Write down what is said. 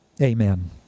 amen